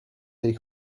tej